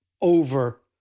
Over